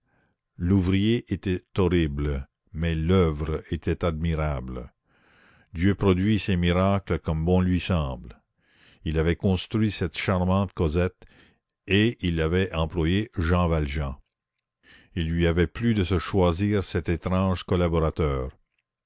l'ouvrier était horrible mais l'oeuvre était admirable dieu produit ses miracles comme bon lui semble il avait construit cette charmante cosette et il avait employé jean valjean il lui avait plu de se choisir cet étrange collaborateur